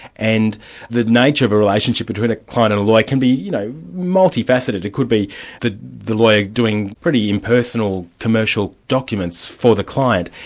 and the nature of a relationship between a client and a lawyer can be you know multi-faceted, it could be that the lawyer doing pretty impersonal commercial documents for the client,